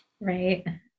Right